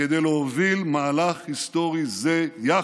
כדי להוביל מהלך היסטורי זה יחד.